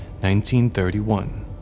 1931